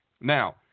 Now